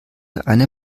eine